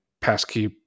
passkey